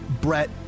Brett